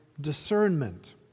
discernment